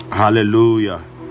hallelujah